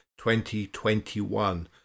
2021